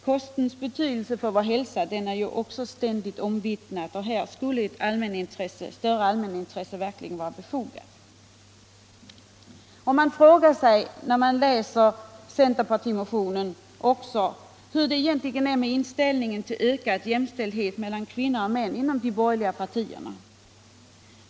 Kostens betydelse för vår hälsa är ständigt omvittnad, och här skulle ett större allmänintresse verkligen vara befogat. När man läser centerpartimotionen frågar man sig också hur det inom de borgerliga partierna egentligen förhåller sig med inställningen till ökad jämställdhet mellan kvinnor och män.